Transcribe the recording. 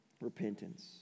repentance